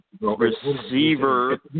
receiver